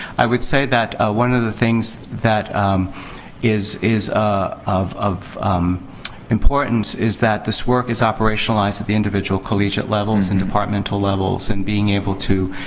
i would say that one of the things that is is ah of of importance is that this work is operationalized at the individual collegiate levels and departmental levels. and being able to